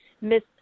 Miss